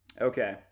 Okay